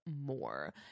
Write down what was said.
more